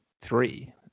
three